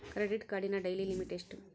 Credit ಕಾರ್ಡಿನ daily limit ಎಷ್ಟು?